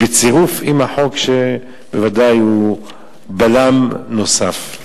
בצירוף החוק, שהוא בוודאי בלם נוסף.